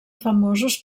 famosos